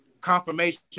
confirmation